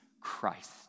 Christ